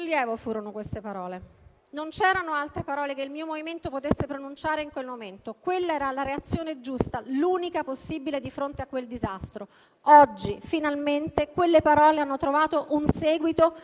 Oggi, finalmente, quelle parole hanno trovato un seguito e una concretizzazione, dopo il durissimo negoziato conclusosi l'altro giorno. La famiglia Benetton sarà estromessa dalla gestione delle Autostrade.